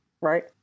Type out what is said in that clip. right